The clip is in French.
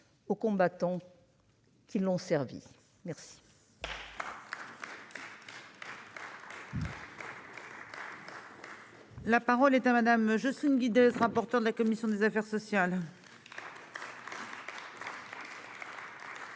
aux combattants qui l'ont servie.